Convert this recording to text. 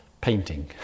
painting